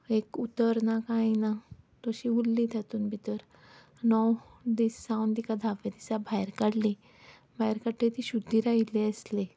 एक उतर ना कांय ना तशी उरली तातूंत भितर णव दीस जावन तिका धावे दिसा भायर काडली भायर काडटकीच ती शुद्दीर आयिल्ली आसली